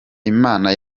imana